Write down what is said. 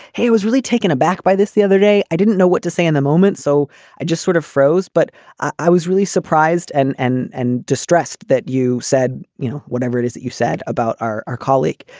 hey, it was really taken aback by this the other day. i didn't know what to say in the moment. so i just sort of froze. but i was really surprised and and and distressed that you said, you know, whatever it is that you said about our our colleague,